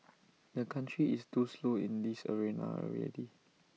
the country is too slow in this arena already